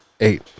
eight